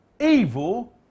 evil